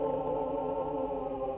or